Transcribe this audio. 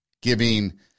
giving